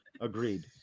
Agreed